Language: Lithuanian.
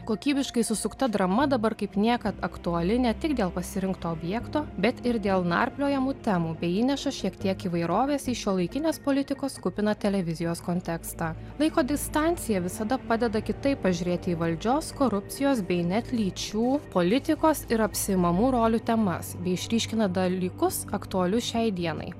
kokybiškai susukta drama dabar kaip niekad aktuali ne tik dėl pasirinkto objekto bet ir dėl narpliojamų temų bei įneša šiek tiek įvairovės į šiuolaikinės politikos kupiną televizijos kontekstą laiko distancija visada padeda kitaip pažiūrėti į valdžios korupcijos bei net lyčių politikos ir apsiimamų rolių temas bei išryškina dalykus aktualius šiai dienai